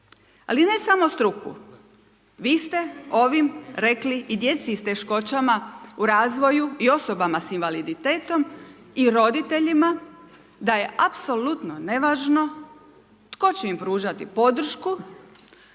Ali ne samo struku. Vi ste ovim rekli i djeci s teškoćama u razvoju i osobama s invaliditetom i roditeljima da je apsolutno nevažno tko će im pružati podršku,